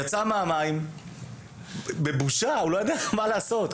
יצא מהמים בבושה, הוא לא ידע מה לעשות.